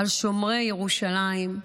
על שומרי ירושלים,